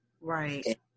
Right